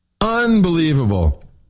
Unbelievable